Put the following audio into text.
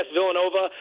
Villanova